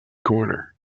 corner